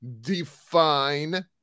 define